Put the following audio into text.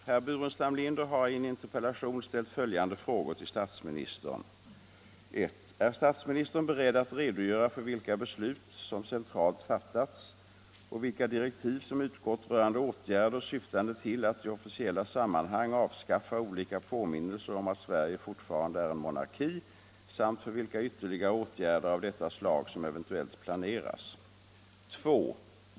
Herr talman! Herr Burenstam Linder har i en interpellation ställt följande frågor till statsministern. 2.